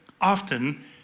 often